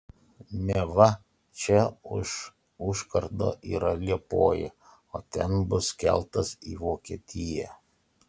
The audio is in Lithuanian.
neva čia už užkardo yra liepoja o ten bus keltas į vokietiją